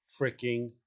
freaking